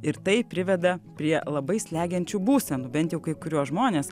ir tai priveda prie labai slegiančių būsenų bent jau kai kuriuos žmones